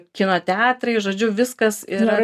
kino teatrai žodžiu viskas yra